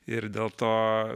ir dėl to